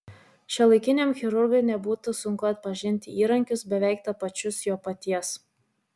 šiuolaikiniam chirurgui nebūtų sunku atpažinti įrankius beveik tapačius jo paties